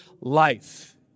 life